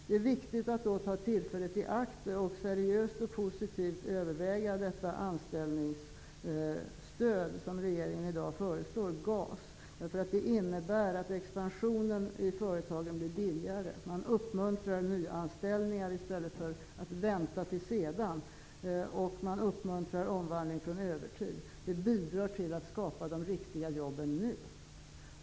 Det är viktigt att ta tillfället i akt och seriöst och positivt överväga det anställningsstöd som regeringen i dag föreslår -- GAS -- därför att det innebär att expansionen i företagen blir billigare. Regeringen uppmuntrar företagen att nyanställa nu i stället för att vänta till senare, och vi uppmuntrar omvandling från övertid. Det bidrar till att skapa de riktiga jobben nu.